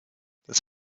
das